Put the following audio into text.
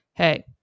Hey